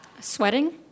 Sweating